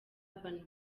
urban